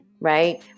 right